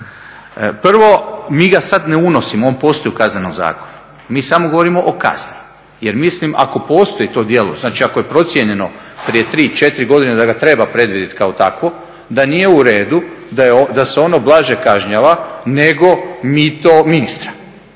Prvo, mi ga sad ne unosimo, on postoji u Kaznenom zakonu. Mi samo govorimo o kazni, jer mislim ako postoji to djelo, znači ako je procijenjeno prije tri, četiri godine da ga treba predvidjeti kao takvo da nije u redu da se ono blaže kažnjava nego mito ministra